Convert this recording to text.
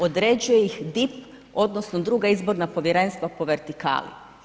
Određuje ih DIP odnosno druga izborna povjerenstva po vertikali.